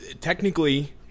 technically